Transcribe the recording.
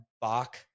Bach